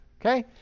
Okay